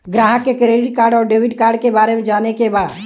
ग्राहक के credit card और डेविड कार्ड के बारे में जाने के बा?